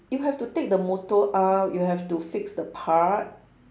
you have to take the motor out you have to fix the part